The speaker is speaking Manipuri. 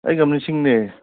ꯑꯩ ꯒꯝꯚꯤꯔꯁꯤꯡꯅꯦ